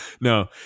no